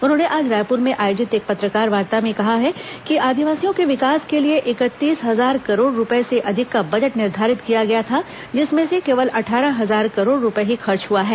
उन्होंने आज रायपुर में आयोजित एक पत्रकारवार्ता में कहा कि आदिवासियों के विकास के लिए इकतीस हजार करोड़ रूपये से अधिक का बजट निर्धारित किया गया था जिसमें से केवल अट्ठारह हजार करोड़ रूपये ही खर्च हुआ है